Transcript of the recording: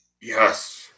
Yes